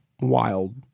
wild